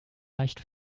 leicht